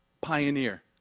pioneer